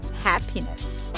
Happiness